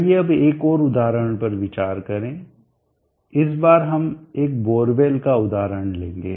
आइए अब एक और उदाहरण पर विचार करें इस बार हम एक बोरवेल का उदाहरण लेंगे